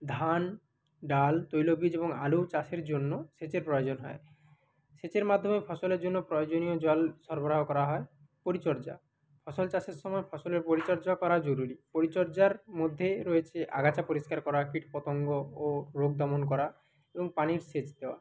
ধান ডাল তৈল বীজ এবং আলু চাষের জন্য সেচের প্রয়োজন হয় সেচের মাধ্যমে ফসলের জন্য প্রয়োজনীয় জল সরবরাহ করা হয় পরিচর্যা ফসল চাষের সময় ফসলের পরিচর্যা করা জরুরি পরিচর্যার মধ্যে রয়েছে আগাছা পরিষ্কার করা কীট পতঙ্গ ও রোগ দমন করা এবং জলের সেচ দেওয়া